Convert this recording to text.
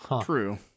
true